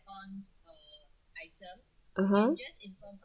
(uh huh)